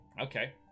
Okay